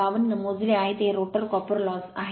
52 मोजले आहेत हे रोटर कॉपर लॉस आहे